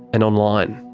and online.